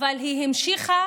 והיא המשיכה